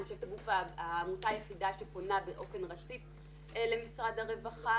אני חושבת העמותה היחידה שפונה באופן רציף למשרד הרווחה.